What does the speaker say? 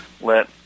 Let